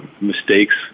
mistakes